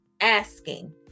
asking